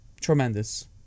tremendous